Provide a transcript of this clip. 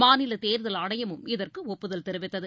மாநில தேர்தல் ஆணையமும் இதற்கு ஒப்புதல் தெரிவித்தது